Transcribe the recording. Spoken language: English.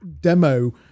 demo